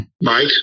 Mike